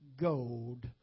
gold